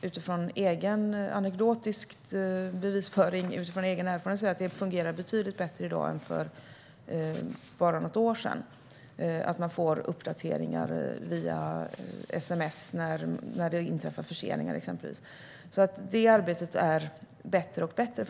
Utifrån egen anekdotisk bevisföring och egen erfarenhet skulle jag vilja säga att det fungerar betydligt bättre i dag än för bara något år sedan. Man får exempelvis uppdateringar via sms när förseningar inträffar. Detta arbete fungerar alltså bättre och bättre.